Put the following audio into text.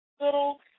little